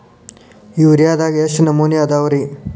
ಯೂರಿಯಾದಾಗ ಎಷ್ಟ ನಮೂನಿ ಅದಾವ್ರೇ?